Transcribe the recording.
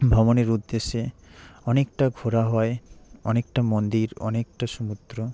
ভ্রমণের উদ্দেশ্যে অনেকটা ঘোরা হয় অনেকটা মন্দির অনেকটা সমুদ্র